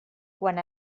quan